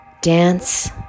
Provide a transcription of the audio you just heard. dance